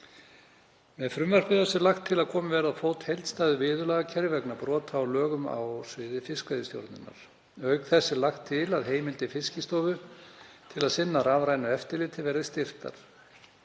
Með frumvarpi þessu er lagt til að komið verði á fót heildstæðu viðurlagakerfi vegna brota á lögum á sviði fiskveiðistjórnar. Auk þess er lagt til að heimildir Fiskistofu til að sinna rafrænu eftirliti verði styrktar.